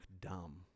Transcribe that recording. dumb